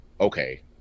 okay